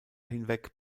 hinweg